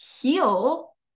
heal